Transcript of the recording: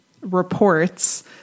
reports